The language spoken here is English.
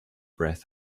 breath